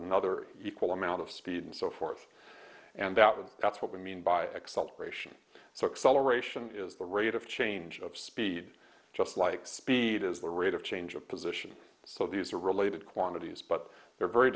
another equal amount of speed and so forth and out and that's what we mean by acceleration so excel aeration is the rate of change of speed just like speed is the rate of change of position so these are related quantities but they're very